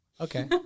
Okay